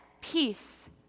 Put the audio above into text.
Peace